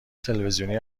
تلویزیونی